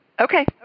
Okay